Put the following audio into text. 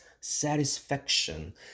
satisfaction